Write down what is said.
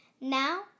Now